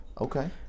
Okay